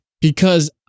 because-